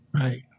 Right